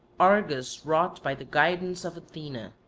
argus wrought by the guidance of athena.